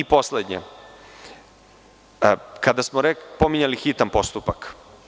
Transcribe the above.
Poslednja, kada smo pominjali hitan postupak.